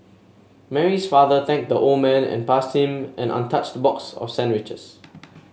Mary's father thanked the old man and passed him an untouched box of sandwiches